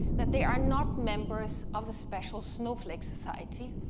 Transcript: that they are not members of the special snowflake society,